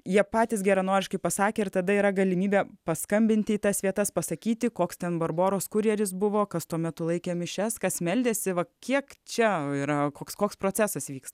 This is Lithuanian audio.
jie patys geranoriškai pasakė ir tada yra galimybė paskambinti į tas vietas pasakyti koks ten barboros kurjeris buvo kas tuo metu laikė mišias kas meldėsi va kiek čia yra koks koks procesas vyks